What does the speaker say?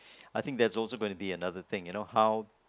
I think that's also gonna be another thing you know how